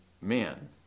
men